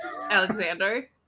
Alexander